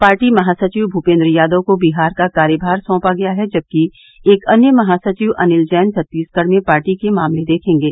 party महासचिव भूपेन्द्र यादव को बिहार का कार्यभार सौंपा गया है जबकि एक अन्य महासचिव अनिल जैन छत्तीसगढ़ में पार्टी के मामले देखेंगे